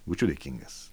būčiau dėkingas